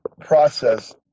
process